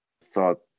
Thought